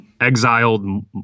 exiled